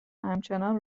همچنان